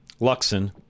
Luxon